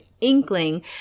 inkling